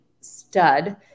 stud